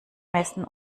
messen